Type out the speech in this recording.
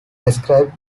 described